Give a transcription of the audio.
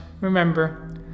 remember